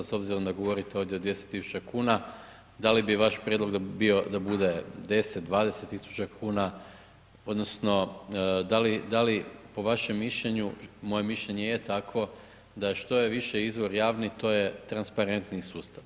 S obzirom da govorite ovdje o 200 tisuća kuna da li bi vaš prijedlog bio da bude 10, 20 tisuća kuna odnosno da li po vašem mišljenju, moje mišljenje je takvo da što je više izvor javni to je transparentniji sustav?